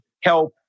help